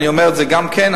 אני אומר את זה גם כן,